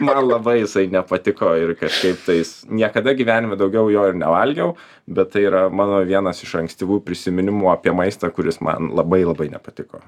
man labai jisai nepatiko ir kažkaip tais niekada gyvenime daugiau jo ir nevalgiau bet tai yra mano vienas iš ankstyvųjų prisiminimų apie maistą kuris man labai labai nepatiko